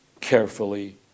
carefully